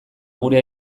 gure